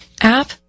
app